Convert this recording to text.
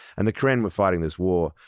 and the karen were fighting this war.